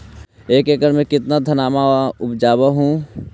एक एकड़ मे कितना धनमा उपजा हू?